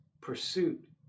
pursuit